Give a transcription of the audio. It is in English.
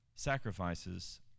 Sacrifices